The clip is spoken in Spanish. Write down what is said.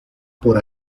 por